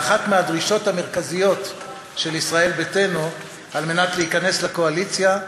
לאחת מהדרישות המרכזיות של ישראל ביתנו כדי להיכנס לקואליציה,